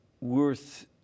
worth